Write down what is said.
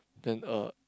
than a